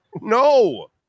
No